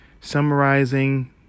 summarizing